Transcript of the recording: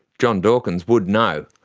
john dawkins would know.